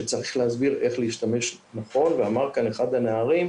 שצריך להסביר איך להשתמש נכון ואמר כאן אחד הנערים,